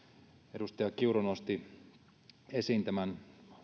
edustaja kiuru nosti esiin tämän